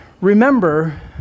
remember